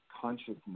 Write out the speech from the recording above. consciousness